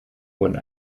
wurden